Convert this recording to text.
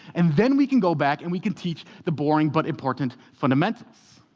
and then we can go back and we can teach the boring but important fundamentals.